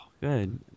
good